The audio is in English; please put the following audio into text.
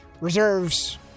reserves